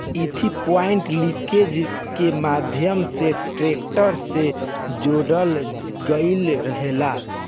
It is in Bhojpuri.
इ थ्री पॉइंट लिंकेज के माध्यम से ट्रेक्टर से जोड़ल गईल रहेला